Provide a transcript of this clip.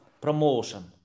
promotion